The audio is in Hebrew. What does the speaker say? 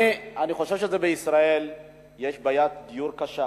אני חושב שבישראל יש בעיית דיור קשה,